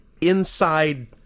inside